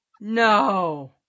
no